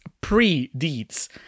pre-Deeds